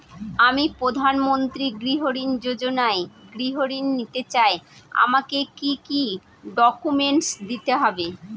আমি প্রধানমন্ত্রী গৃহ ঋণ যোজনায় গৃহ ঋণ নিতে চাই আমাকে কি কি ডকুমেন্টস দিতে হবে?